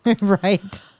right